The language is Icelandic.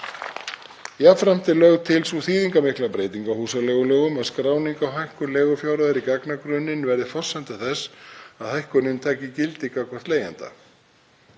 Jafnframt er lögð til sú þýðingarmikla breyting á húsaleigulögum að skráning á hækkun leigufjárhæðar í gagnagrunninn verði forsenda þess að hækkunin taki gildi gagnvart leigjanda.